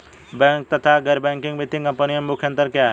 Bank तथा गैर banking वित्तीय कंपनियों में मुख्य अंतर क्या है?